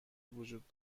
وجود